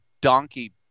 donkey